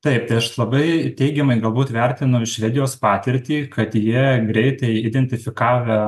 taip tai aš labai teigiamai galbūt vertinu švedijos patirtį kad jie greitai identifikavę